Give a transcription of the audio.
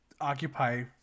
occupy